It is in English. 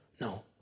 no